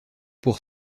pour